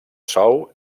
sou